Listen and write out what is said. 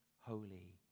holy